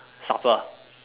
supper